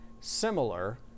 similar